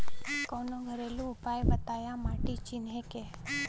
कवनो घरेलू उपाय बताया माटी चिन्हे के?